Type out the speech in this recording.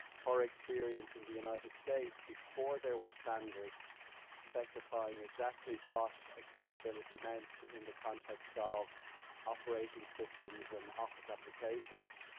her experience in the united states before there were standards specifying exactly what accessibility meant in the context of operating systems and office applications,